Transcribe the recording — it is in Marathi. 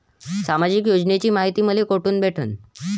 सामाजिक योजनेची मायती मले कोठून भेटनं?